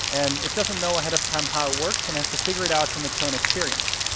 and it doesn't know ahead of time how it works and has to figure it out from its own experience.